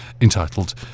entitled